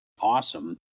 awesome